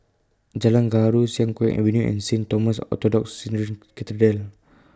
Jalan Gaharu Siang Kuang Avenue and Saint Thomas Orthodox Syrian Cathedral